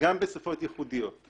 גם בשפות ייחודיות.